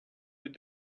with